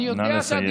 אני יודע, נא לסיים.